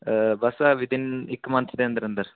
ਬਸ ਆਹ within ਇੱਕ month ਦੇ ਅੰਦਰ ਅੰਦਰ